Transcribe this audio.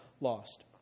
lost